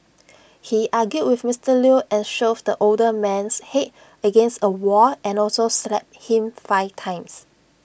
he argued with Mister Lew and shoved the older man's Head against A wall and also slapped him five times